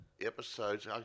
Episodes